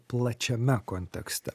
plačiame kontekste